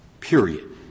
Period